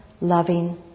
loving